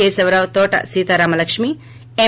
Keshavarao Thota Sitaramalakki ఎం